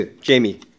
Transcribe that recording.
Jamie